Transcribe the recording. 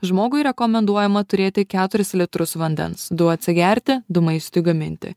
žmogui rekomenduojama turėti keturis litrus vandens du atsigerti du maistui gaminti